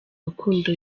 rukundo